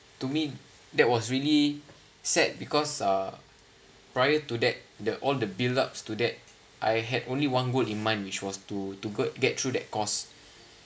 to me that was really sad because uh prior to that the all the build up to that I had only one goal in mind which was to to go get through that course